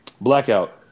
blackout